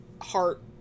heart